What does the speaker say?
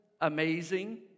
amazing